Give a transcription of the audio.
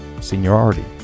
seniority